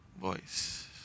voice